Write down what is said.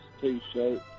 T-shirt